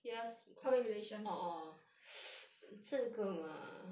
public relations